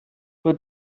what